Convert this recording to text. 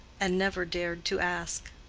and never dared to ask.